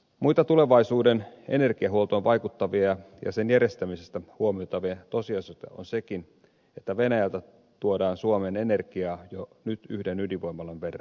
muita tulevaisuuden energiahuoltoon vaikuttavia ja sen järjestämisessä huomioitavia tosiasioita on sekin että venäjältä tuodaan suomeen energiaa jo nyt yhden ydinvoimalan verran